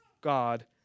God